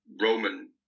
Roman